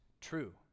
true